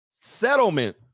settlement